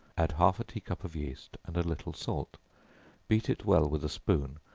add half a tea-cup of yeast, and a little salt beat it well with a spoon,